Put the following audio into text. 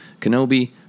Kenobi